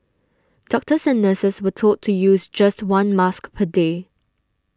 doctors and nurses were told to use just one mask per day